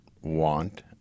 want